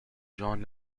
john